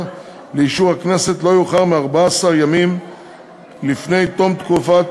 לאישור הכנסת לא יאוחר מ-14 ימים לפני תום תקופת